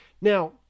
Now